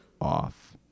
off